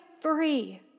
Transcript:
free